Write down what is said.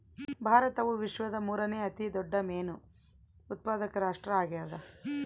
ಭಾರತವು ವಿಶ್ವದ ಮೂರನೇ ಅತಿ ದೊಡ್ಡ ಮೇನು ಉತ್ಪಾದಕ ರಾಷ್ಟ್ರ ಆಗ್ಯದ